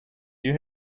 you